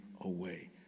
away